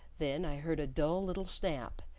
then i heard a dull little snap,